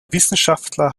wissenschaftler